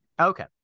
Okay